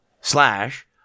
slash